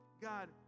God